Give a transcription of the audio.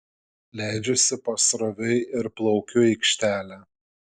leidžiuosi pasroviui ir plaukiu į aikštelę